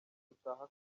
gutaha